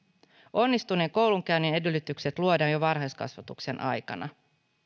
onnistuneen koulukäynnin edellytykset luodaan jo varhaiskasvatuksen aikana